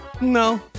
no